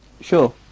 Sure